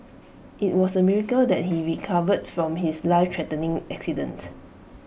IT was A miracle that he recovered from his lifethreatening accident